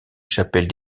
chapelle